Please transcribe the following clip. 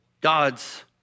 God's